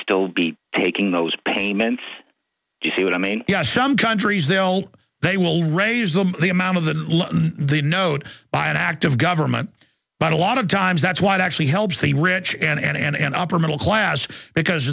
still be taking those payments you see what i mean yes some countries they will they will raise them the amount of the the note by an act of government but a lot of times that's why it actually helps the rich and opera middle class because